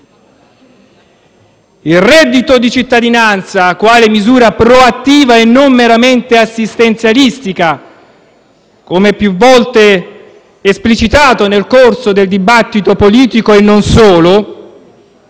Il reddito di cittadinanza quale misura proattiva e non meramente assistenzialistica - come più volte esplicitato nel corso del dibattito politico, e non solo